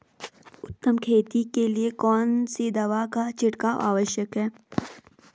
उत्तम खेती के लिए कौन सी दवा का छिड़काव आवश्यक है?